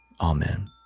Amen